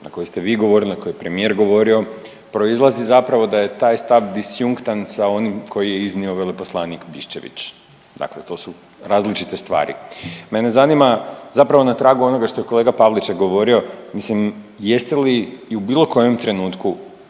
na koji ste vi govorili, na koji je premijer govorio proizlazi zapravo da je taj stav disjunktan sa onim koji je iznio veleposlanik Biščević. Dakle, to su različite stvari. Mene zanima zapravo na tragu onoga što je kolega Pavliček govorio, mislim jeste li u bilo kojem trenutku